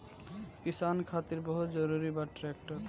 किसान खातिर बहुत जरूरी बा ट्रैक्टर